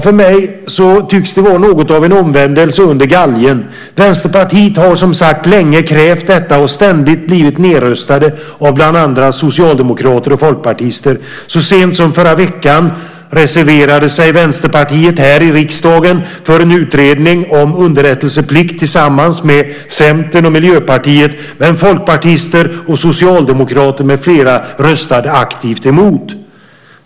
För mig tycks det som något av en omvändelse under galgen. Vänsterpartiet har, som sagt, länge krävt detta och ständigt blivit nedröstade av bland andra socialdemokrater och folkpartister. Så sent som i förra veckan reserverade sig Vänsterpartiet i riksdagen, tillsammans med Centern och Miljöpartiet, för en utredning om underrättelseplikt, men folkpartister och socialdemokrater med flera röstade aktivt emot.